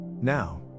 Now